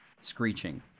screeching